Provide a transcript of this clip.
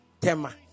tema